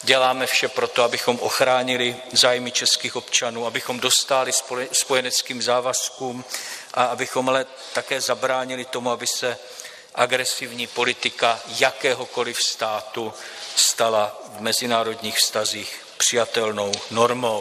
Děláme vše pro to, abychom ochránili zájmy českých občanů, abychom dostáli spojeneckým závazkům a abychom také zabránili tomu, aby se agresivní politika jakéhokoli státu stala v mezinárodních vztazích přijatelnou normou.